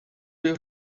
your